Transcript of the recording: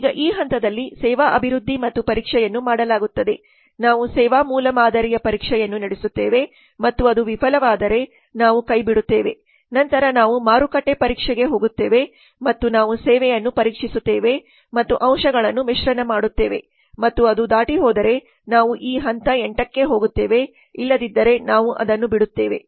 ಈಗ ಈ ಹಂತದಲ್ಲಿ ಸೇವಾ ಅಭಿವೃದ್ಧಿ ಮತ್ತು ಪರೀಕ್ಷೆಯನ್ನು ಮಾಡಲಾಗುತ್ತದೆ ನಾವು ಸೇವಾ ಮೂಲಮಾದರಿಯ ಪರೀಕ್ಷೆಯನ್ನು ನಡೆಸುತ್ತೇವೆ ಮತ್ತು ಅದು ವಿಫಲವಾದರೆ ನಾವು ಕೈಬಿಡುತ್ತೇವೆ ನಂತರ ನಾವು ಮಾರುಕಟ್ಟೆ ಪರೀಕ್ಷೆಗೆ ಹೋಗುತ್ತೇವೆ ಮತ್ತು ನಾವು ಸೇವೆಯನ್ನು ಪರೀಕ್ಷಿಸುತ್ತೇವೆ ಮತ್ತು ಅಂಶಗಳನ್ನು ಮಿಶ್ರಣ ಮಾಡುತ್ತೇವೆ ಮತ್ತು ಅದು ದಾಟಿ ಹೋದರೆ ನಾವು ಈ ಹಂತ 8 ಕ್ಕೆ ಹೋಗುತ್ತೇವೆ ಇಲ್ಲದಿದ್ದರೆ ನಾವು ಅದನ್ನು ಬಿಡುತ್ತೇವೆ